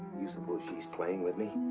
you suppose she's playing with me?